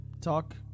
talk